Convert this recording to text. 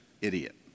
idiot